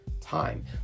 time